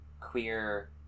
queer